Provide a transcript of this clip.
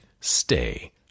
stay